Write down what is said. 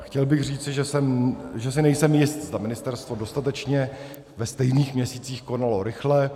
Chtěl bych říci, že si nejsem jist, zda ministerstvo dostatečně ve stejných měsících konalo rychle.